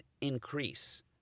increase